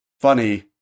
Funny